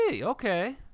okay